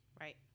Right